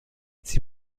sie